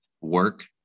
work